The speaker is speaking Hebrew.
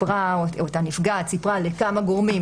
היא שאותה נפגעת סיפרה לכמה גורמים,